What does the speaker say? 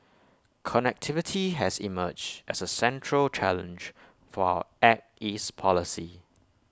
connectivity has emerged as A central challenge for our act east policy